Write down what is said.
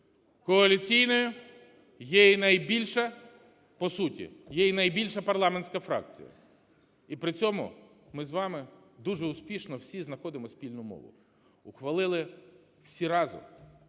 по суті, є і найбільша парламентська фракція. І при цьому ми з вами дуже успішно всі знаходимо спільну мову. Ухвалили всі разом,